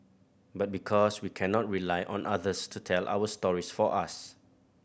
but because we cannot rely on others to tell our stories for us